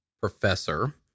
professor